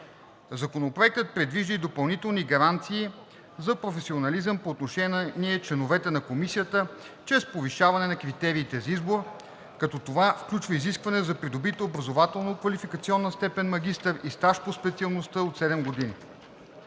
Законопроектът предвижда и допълнителни гаранции за професионализъм по отношение членовете на Комисията чрез повишаване на критериите за избор, като това включва изискване за придобита образователно-квалификационна степен „магистър“ и стаж по специалността от седем години.